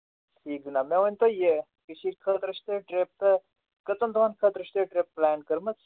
ٹھیٖک جِناب مےٚ ؤنۍتو یہِ کٔشیٖرِ خٲطرٕ چھُ تۄہہِ ٹِرٛپ تہٕ کٔژَن دۄہن خٲطرٕ چھُو تۄہہِ ٹِرٛپ پٕلین کٔرمٕژ